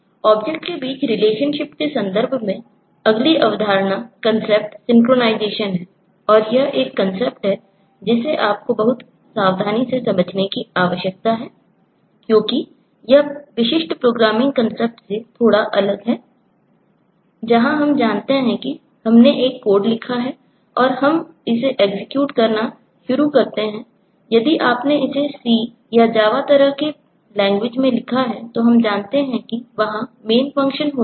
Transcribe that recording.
objects शुरू होता है